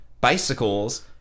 bicycles